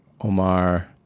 Omar